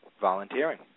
volunteering